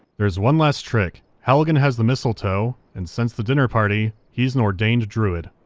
there's one last trick. halligan has the mistletoe, and since the dinner party, he's an ordained druid.